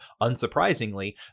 unsurprisingly